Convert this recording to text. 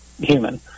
human